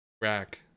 rack